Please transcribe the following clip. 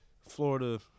Florida